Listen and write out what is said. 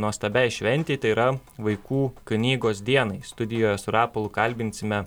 nuostabiai šventei tai yra vaikų knygos dienai studijoje su rapolu kalbinsime